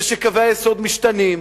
שקווי היסוד משתנים,